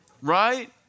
Right